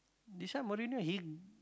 this one more renew he